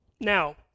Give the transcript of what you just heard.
Now